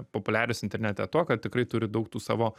populiarios internete tuo kad tikrai turi daug tų savo